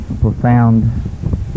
profound